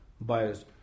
biased